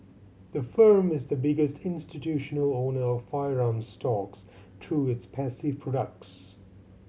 the firm is the biggest institutional owner of firearms stocks through its passive products